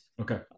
okay